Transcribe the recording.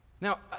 Now